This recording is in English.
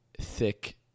thick